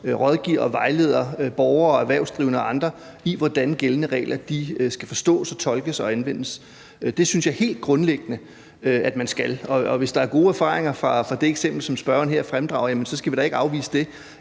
rådgiver og vejleder borgere, erhvervsdrivende og andre i, hvordan gældende regler skal forstås, tolkes og anvendes. Det synes jeg helt grundlæggende at man skal, og hvis der er gode erfaringer fra det eksempel, som spørgeren her fremdrager, skal vi da ikke afvise det.